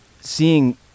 seeing